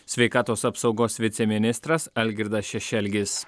sveikatos apsaugos viceministras algirdas šešelgis